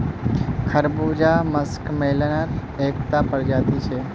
खरबूजा मस्कमेलनेर एकता प्रजाति छिके